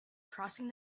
crossing